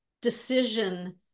decision